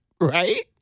Right